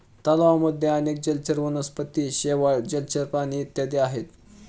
तलावांमध्ये अनेक जलचर वनस्पती, शेवाळ, जलचर प्राणी इत्यादी आहेत